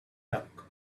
luck